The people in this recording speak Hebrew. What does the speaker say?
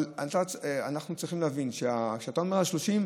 אבל אנחנו צריכים להבין שכשאתה אומר 30,